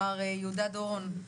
מר יהודה דורון.